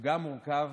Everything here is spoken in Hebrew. גם הוא מורכב